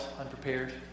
unprepared